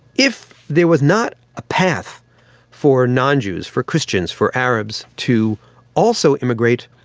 if there was not a path for non-jews, for christians, for arabs to also immigrate,